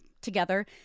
together